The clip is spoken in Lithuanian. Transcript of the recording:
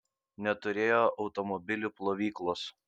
neturėjo automobilių plovyklos